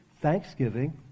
thanksgiving